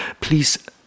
Please